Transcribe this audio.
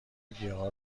گیاها